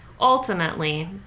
ultimately